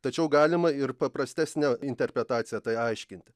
tačiau galima ir paprastesne interpretacija tai aiškint